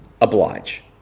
oblige